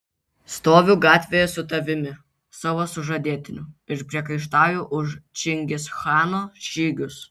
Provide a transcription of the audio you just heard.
stoviu gatvėje su tavimi savo sužadėtiniu ir priekaištauju už čingischano žygius